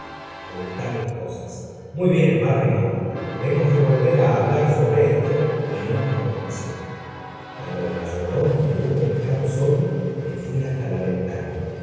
á buscar las cosas muy bien barrymore hemos de volver á hablar sobre esto en otra ocasión cuando ei mayordomo me hubo dejado solo me liasta la vent